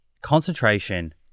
concentration